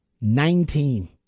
Nineteen